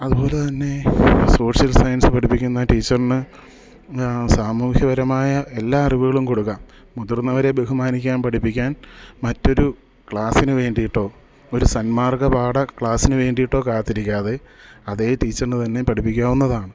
അതുപോലെ തന്നെ social science പഠിപ്പിക്കുന്ന ടീച്ചർറിന് സാമൂഹ്യപരമായ എല്ലാ അറിവുകളും കൊടുക്കാം മുതിർന്നവരേ ബഹുമാനിക്കാൻ പഠിപ്പിക്കാൻ മറ്റൊരു ക്ലാസ്സിനു വേണ്ടിയിട്ടോ ഒരു സന്മാർഗ്ഗ പാഠ ക്ലാസ്സിനു വേണ്ടിയിട്ടോ കാത്തിരിക്കാതെ അതേ ടീച്ചറിനുതന്നെ പഠിപ്പിക്കാവുന്നതാണ്